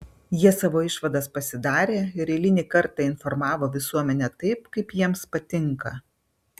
jie savo išvadas pasidarė ir eilinį kartą informavo visuomenę taip kaip jiems patinka